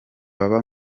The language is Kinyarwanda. baba